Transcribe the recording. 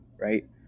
right